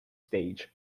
stage